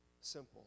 simple